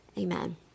Amen